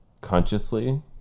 consciously